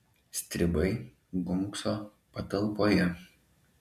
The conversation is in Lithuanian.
stribai gunkso patalpoje